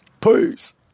Peace